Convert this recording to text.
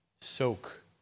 soak